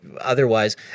otherwise